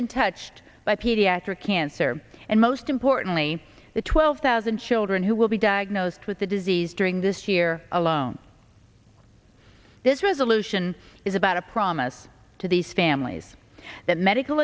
been touched by pediatric cancer and most importantly the twelve thousand children who will be diagnosed with the disease during this year alone this resolution is about a promise to these families that medical